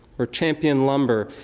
where champion lumber,